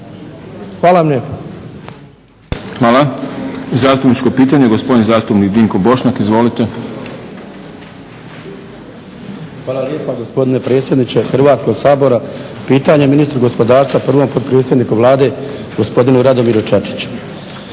(SDP)** Hvala. Zastupničko pitanje, gospodin zastupnik Dinko Bošnjak. Izvolite. **Bošnjak, Dinko (HDZ)** Hvala lijepa gospodine predsjedniče Hrvatskog sabora. Pitanje je ministru gospodarstva i prvom potpredsjedniku Vlade gospodinu Radomiru Čačiću.